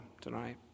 tonight